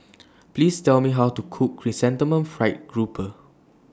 Please Tell Me How to Cook Chrysanthemum Fried Grouper